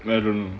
I don't know